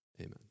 amen